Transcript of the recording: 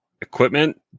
equipment